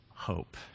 Hope